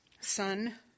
son